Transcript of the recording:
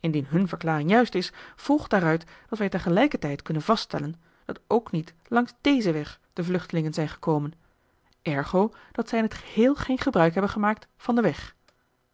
indien hun verklaring juist is volgt daaruit dat wij tegelijkertijd kunnen vaststellen dat ook niet langs dezen kant de vluchtelingen zijn gekomen ergo dat zij in het geheel geen gebruik hebben gemaakt van den weg